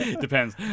depends